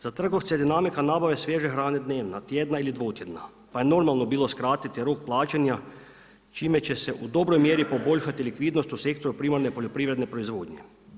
Za trgovce dinamika nabave svježe hrane je dnevna, tjedna ili dvotjedna pa je normalno bilo skratiti rok plaćanja čime će se u dobroj mjeri poboljšati likvidnost u Sektoru primarne poljoprivredne proizvodnje.